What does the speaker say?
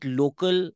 local